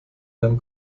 dann